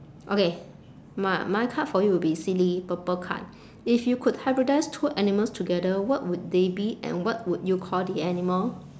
okay my my card for you will be silly purple card if you could hybridise two animals together what would they be and what would you call the animal